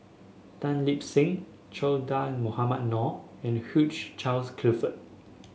Tan Lip Seng Che Dah Mohamed Noor and Hugh Charles Clifford